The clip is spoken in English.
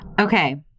Okay